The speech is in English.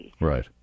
Right